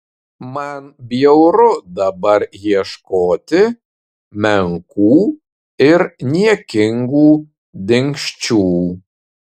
man bjauru dabar ieškoti menkų ir niekingų dingsčių